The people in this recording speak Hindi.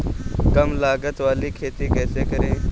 कम लागत वाली खेती कैसे करें?